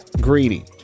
greedy